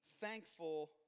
thankful